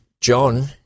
John